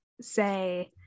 say